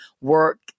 work